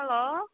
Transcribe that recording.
hello